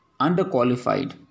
underqualified